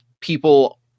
people